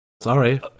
Sorry